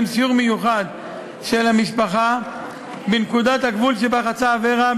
סיור מיוחד של המשפחה בנקודת הגבול שבה חצה אברה,